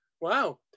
wow